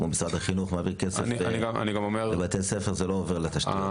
כמו שמשרד החינוך מעביר כסף לבתי-ספר וזה לא עובר לתשתיות.